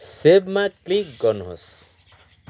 सेभमा click गर्नुहोस्